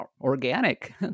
organic